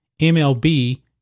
MLB